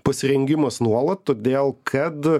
pasirengimas nuolat todėl kad